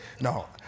No